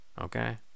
okay